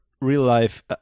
real-life